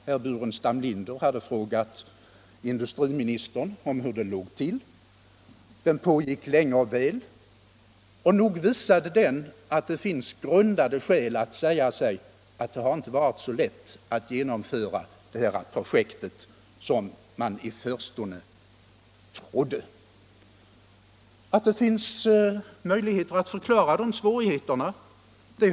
Herr Burenstam Linder hade frågat industriministern om hur det låg till. Debatten pågick länge och väl, och nog visade den att det finns grundade skäl att säga att det inte är så lätt att genomföra detta projekt som många i förstone trodde. Det finns möjligheter att förklara de svårigheterna.